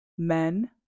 men